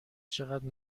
چقدر